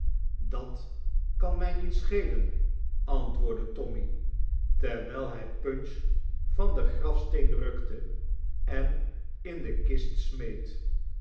dat kan mij niet schelen antwoordde tommy terwijl hij punch van den grafsteen rukte en in de kist smeet